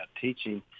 teaching